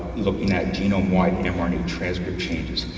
looking at genome-wide mrna transcript changes.